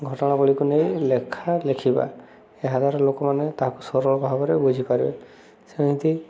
ଘଟଣାଗୁଡ଼ିକୁ ନେଇ ଲେଖା ଲେଖିବା ଏହାଦ୍ୱାରା ଲୋକମାନେ ତାହାକୁ ସରଳ ଭାବରେ ବୁଝିପାରିବେ ସେମିତି